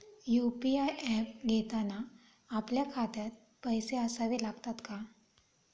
UPI app घेताना आपल्या खात्यात पैसे असावे लागतात का?